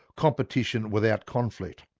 competition without conflict.